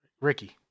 Ricky